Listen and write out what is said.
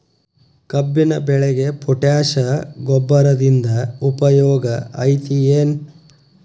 ಕಬ್ಬಿನ ಬೆಳೆಗೆ ಪೋಟ್ಯಾಶ ಗೊಬ್ಬರದಿಂದ ಉಪಯೋಗ ಐತಿ ಏನ್?